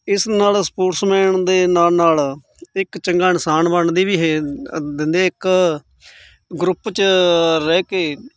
ਇਸ ਨਾਲ਼ ਸਪੋਰਟਸਮੈਨ ਦੇ ਨਾਲ਼ ਨਾਲ਼ ਇੱਕ ਚੰਗਾ ਇਨਸਾਨ ਬਣਨ ਦੀ ਵੀ ਇਹ ਦਿੰਦੇ ਇੱਕ ਗਰੁੱਪ 'ਚ ਰਹਿ ਕੇ